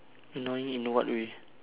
annoying in what way